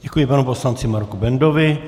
Děkuji panu poslanci Marku Bendovi.